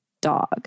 dog